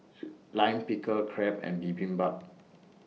Lime Pickle Crepe and Bibimbap